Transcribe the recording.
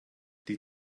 die